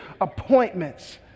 appointments